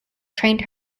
trained